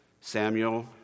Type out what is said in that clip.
Samuel